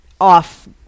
off